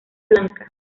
blanca